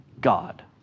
God